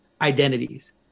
identities